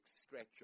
stretch